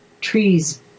trees